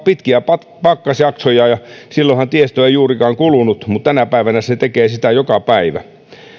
pitkiä pakkasjaksoja tiestö ei juurikaan kulunut mutta tänä päivänä se tekee sitä joka päivä